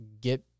get